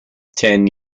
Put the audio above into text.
ten